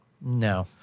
no